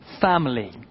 family